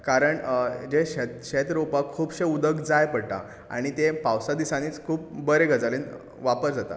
कारण शेत रोवपाक खुबशें उदक जाय पडटात आनी ते पावसा दिसांनी खूब बरें गजालीन वापर जाता